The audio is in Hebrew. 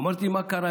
אמרתי: מה קרה?